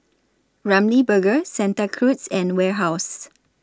Ramly Burger Santa Cruz and Warehouse